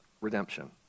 redemption